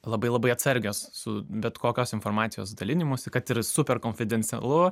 labai labai atsargios su bet kokios informacijos dalinimusi kad ir super konfidencialu